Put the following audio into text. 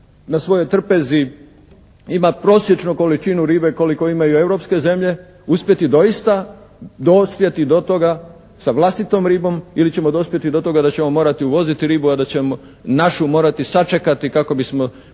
na svojoj trpezi ima prosječnu količinu ribe koliko imaju europske zemlje uspjeti doista dospjeti do toga sa vlastitom ribom ili ćemo dospjeti do toga da ćemo morati uvoziti ribu a da ćemo našu morati sačekati kako bismo